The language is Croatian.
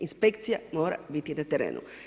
Inspekcija mora biti na terenu.